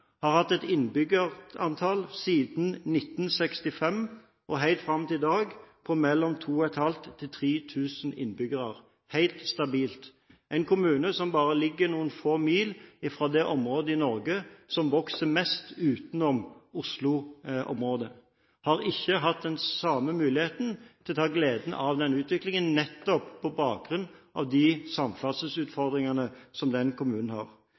har hatt et innbyggertall siden 1965 og fram til i dag på mellom 2 500 og 3 000 innbyggere – helt stabilt. Det er en kommune som ligger bare noen få mil fra det området i Norge som vokser mest utenom Oslo-området. Kommunen har ikke hatt den samme muligheten til å ha glede av den utviklingen, nettopp på bakgrunn av de samferdselsutfordringene som den kommunen har.